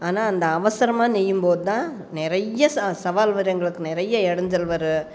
ஆனால் அந்த அவசரமாக நெய்யும் போதுதான் நிறைய சவால் வரும் எங்களுக்கு நிறைய இடைஞ்சல் வரும்